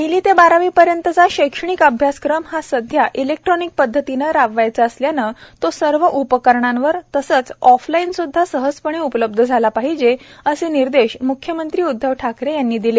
पहिली ते बारावीपर्यंतचा शैक्षणिक अभ्यासक्रम हा सध्या इलेक्ट्रॉनिक पद्वतीनं राबवायचा असल्यानं तो सर्व उपकरणांवर तसच ऑफलाईन सुद्धा सहजपणे उपलब्ध झाला पाहिजे असे निर्देश मुख्यमंत्री उद्वव ठाकरे यांनी दिले